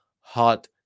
hot